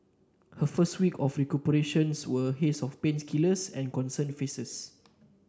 her first weeks of recuperation were a haze of painkillers and concerned faces